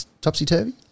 Topsy-turvy